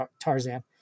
tarzan